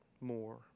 more